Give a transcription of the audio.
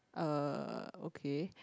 uh okay